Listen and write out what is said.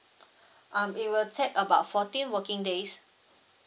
um it will take about fourteen working days